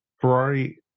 Ferrari